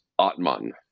Atman